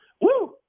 woo